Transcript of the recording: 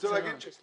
רוצה להגיד שזאת